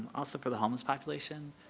also for the homeless population,